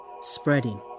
spreading